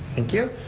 thank you,